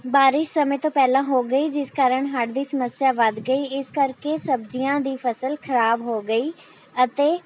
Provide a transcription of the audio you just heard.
ਬਾਰਿਸ਼ ਸਮੇਂ ਤੋਂ ਪਹਿਲਾਂ ਹੋ ਗਈ ਜਿਸ ਕਾਰਨ ਹੜ੍ਹ ਦੀ ਸਮੱਸਿਆ ਵੱਧ ਗਈ ਇਸ ਕਰਕੇ ਸਬਜ਼ੀਆਂ ਦੀ ਫਸਲ ਖਰਾਬ ਹੋ ਗਈ ਅਤੇ